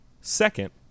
Second